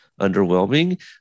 underwhelming